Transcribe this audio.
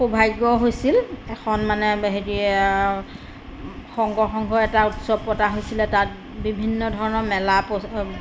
সৌভাগ্য হৈছিল এখন মানে হেৰি শংকৰ সংঘৰ এটা উৎসৱ পতা হৈছিলে তাত বিভিন্ন ধৰণৰ মেলা প